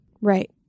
Right